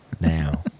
Now